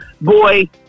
boy